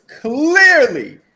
clearly